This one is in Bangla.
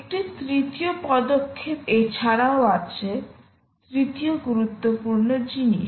একটি তৃতীয় পদক্ষেপ এছাড়াও আছে তৃতীয় গুরুত্বপূর্ণ জিনিস